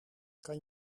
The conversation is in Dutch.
kan